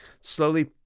slowly